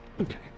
Okay